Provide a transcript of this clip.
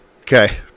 Okay